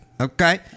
okay